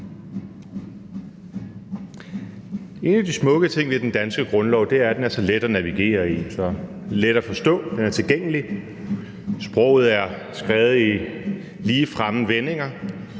En af de smukke ting ved den danske grundlov er, at den er så let at navigere i, så let at forstå. Den er tilgængelig, sproget er skrevet i ligefremme vendinger,